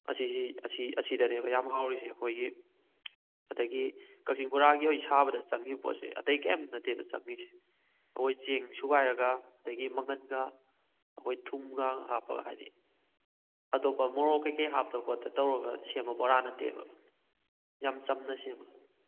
ꯑꯁꯤꯁꯤ ꯑꯁꯤ ꯑꯁꯤꯗꯅꯦꯕ ꯌꯥꯝꯅ ꯍꯥꯎꯔꯤꯁꯦ ꯑꯩꯈꯣꯏꯒꯤ ꯑꯗꯨꯗꯒꯤ ꯀꯛꯆꯤꯡ ꯕꯣꯔꯥꯒꯤ ꯑꯣꯏꯅ ꯁꯥꯕꯗ ꯆꯪꯏꯕ ꯄꯣꯠꯁꯦ ꯑꯇꯩ ꯀꯔꯤꯝꯇ ꯅꯠꯇꯦꯗ ꯆꯪꯏꯁꯦ ꯑꯩꯈꯣꯏ ꯆꯦꯡ ꯁꯨꯒꯥꯏꯔꯒ ꯑꯗꯨꯗꯒꯤ ꯃꯪꯒꯟꯒ ꯑꯩꯈꯣꯏ ꯊꯨꯝꯒ ꯍꯥꯞꯄꯒ ꯍꯥꯏꯗꯤ ꯑꯇꯣꯞꯄ ꯃꯑꯣꯛ ꯀꯩ ꯀꯩ ꯍꯥꯞꯇꯅ ꯈꯣꯠꯇꯅ ꯇꯧꯔꯒ ꯁꯦꯝꯕ ꯕꯣꯔꯥ ꯅꯠꯇꯦꯕ ꯌꯥꯝꯅ ꯆꯝꯅ ꯁꯦꯝꯕ